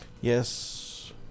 Yes